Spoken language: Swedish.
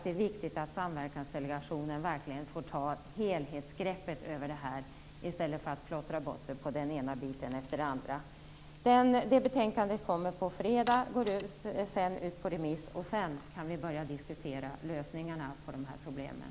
Det är viktigt att Samverkansdelegationen verkligen får ta helhetsgreppet i stället för att man plottrar bort sig på den ena biten efter den andra. Det betänkandet kommer på fredag. Det går sedan ut på remiss. Sedan kan vi börja diskutera lösningarna på de här problemen.